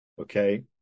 okay